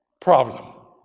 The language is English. problem